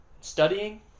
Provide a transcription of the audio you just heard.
studying